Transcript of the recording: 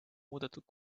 muudetud